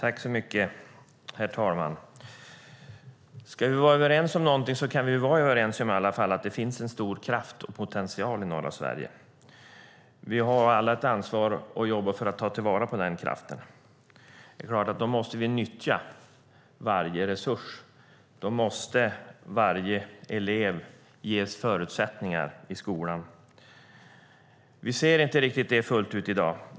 Herr talman! Ska vi vara överens om någonting är det i så fall att det finns en stor kraft och potential i norra Sverige. Vi har alla ett ansvar och jobbar för att ta till vara den kraften. Då måste vi nyttja varje resurs. Då måste varje elev ges förutsättningar i skolan. Vi ser inte riktigt det fullt ut i dag.